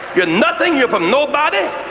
you're nothing, you're from nobody,